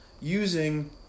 using